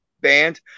band